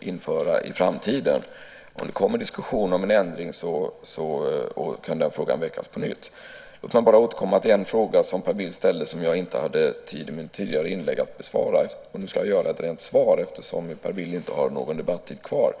införa i framtiden. Om det blir en diskussion om en ändring kan frågan väckas på nytt. Låt mig återkomma till en fråga som Per Bill ställde men som jag inte hade tid i mina tidigare inlägg att bemöta. Nu ska jag göra det i form av ett svar då Per Bill inte har någon debattid kvar.